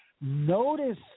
Notice